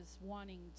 wanting